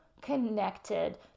connected